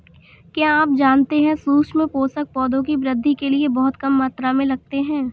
क्या आप जानते है सूक्ष्म पोषक, पौधों की वृद्धि के लिये बहुत कम मात्रा में लगते हैं?